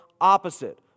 opposite